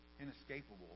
inescapable